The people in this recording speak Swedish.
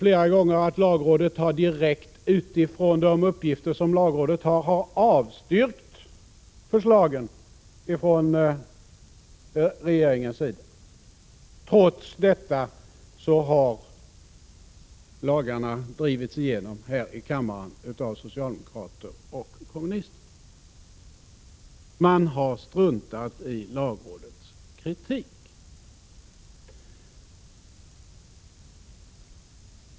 Flera gånger har det förekommit att lagrådet, på grundval av de uppgifter som åvilar rådet, har direkt avstyrkt regeringsförslag, som trots detta drivits igenom här i kammaren av socialdemokrater och kommunister. De har alltså struntat i lagrådets kritik.